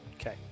Okay